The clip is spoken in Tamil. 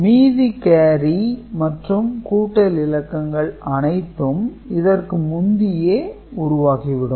மீதி கேரி மற்றும் கூட்டல் இலக்கங்கள் அனைத்தும் இதற்கு முந்தியே உருவாகிவிடும்